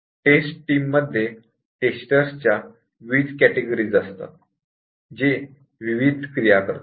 taste team मध्ये testers च्या विविध कॅटेगरीज असतात जे विविध क्रिया करतात